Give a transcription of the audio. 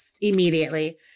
immediately